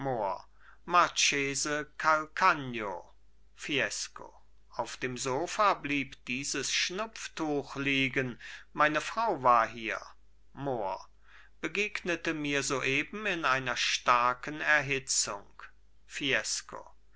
auf dem sofa blieb dieses schnupftuch liegen meine frau war hier mohr begegnete mir soeben in einer starken erhitzung fiesco